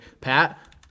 Pat